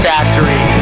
Factory